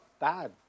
bad